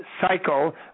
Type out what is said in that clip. cycle